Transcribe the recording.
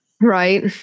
Right